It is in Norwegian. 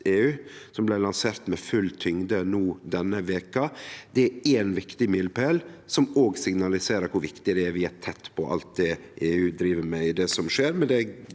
som blei lansert med full tyngde no denne veka. Det er ein viktig milepæl som òg signaliserer kor viktig det er at vi er tett på alt EU driv med, og det som skjer